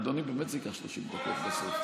אדוני, באמת זה ייקח 30 דקות בסוף.